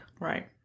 Right